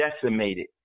decimated